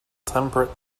temperate